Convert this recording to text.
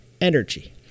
energy